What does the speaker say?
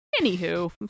Anywho